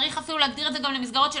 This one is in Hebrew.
צריך אפילו להסדיר את זה גם למסגרות של